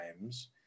times